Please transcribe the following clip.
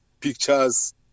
pictures